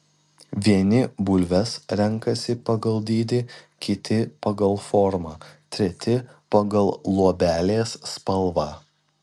vieni bulves renkasi pagal dydį kiti pagal formą treti pagal luobelės spalvą